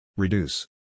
Reduce